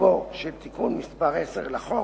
תוקפו של תיקון מס' 10 לחוק,